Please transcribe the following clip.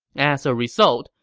as a result,